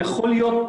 זה יכול להיות